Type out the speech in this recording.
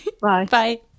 Bye